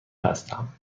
هستم